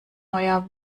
neuer